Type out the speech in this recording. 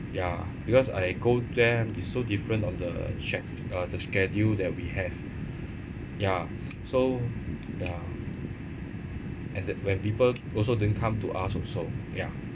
ya because I go there and it's so different on the sche~ the schedule that we have ya so ya and that when people also don't come to us also ya